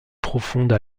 profonde